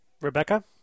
Rebecca